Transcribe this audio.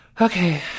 Okay